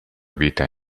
vita